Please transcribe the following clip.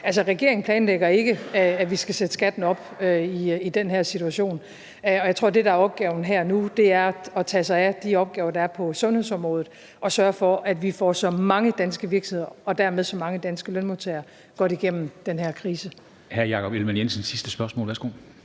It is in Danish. regeringen planlægger ikke, at vi skal sætte skatten op i den her situation, og jeg tror, at det, der er opgaven her og nu, er at tage sig af de opgaver, der er på sundhedsområdet, og sørge for, at vi får så mange danske virksomheder og dermed så mange danske lønmodtagere som muligt godt igennem den her krise.